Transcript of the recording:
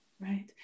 right